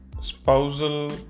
Spousal